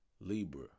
Libra